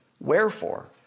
Wherefore